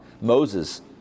Moses